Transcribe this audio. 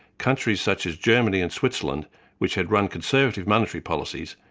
countries such as germany and switzerland which had run conservative monetary policies,